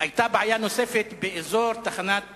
היתה בעיה נוספת, באזור תחנת